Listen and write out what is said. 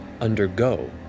undergo